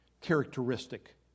characteristic